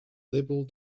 liberal